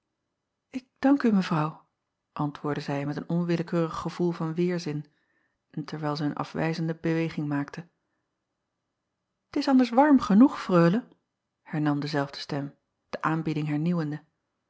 k dank u evrouw antwoordde zij met een onwillekeurig gevoel van weêrzin en terwijl zij een afwijzende beweging maakte t s anders warm genoeg reule hernam dezelfde stem de aanbieding hernieuwende